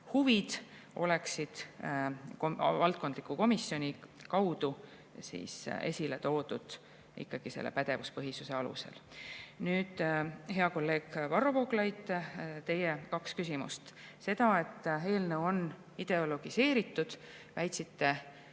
huvid oleksid valdkondliku komisjoni kaudu esile toodud ikkagi pädevuspõhisuse alusel. Nüüd, hea kolleeg Varro Vooglaid, teie kaks küsimust. See väide, et eelnõu on ideologiseeritud või